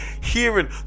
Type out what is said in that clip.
hearing